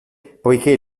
poiché